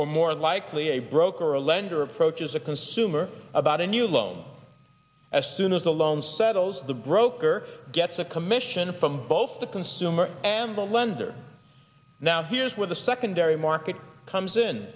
or more likely a broker or a lender approaches a consumer about a new loan as soon as the loan settles the broker gets a commission from both the consumer and the lender now here's where the secondary market comes in